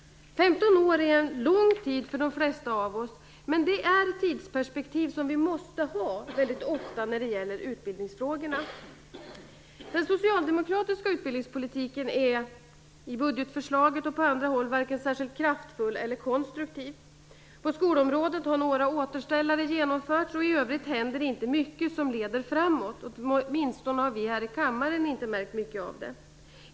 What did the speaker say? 15 år är en lång tid för de flesta av oss, men det är ett tidsperspektiv som vi måste ha väldigt ofta när det gäller utbildningsfrågorna. Den socialdemokratiska utbildningspolitiken i budgetförslaget och på andra håll är varken särskilt kraftfull eller konstruktiv. På skolområdet har några återställare genomförts, och i övrigt händer det inte mycket som leder framåt - åtminstone har vi här i kammaren inte märkt mycket av det.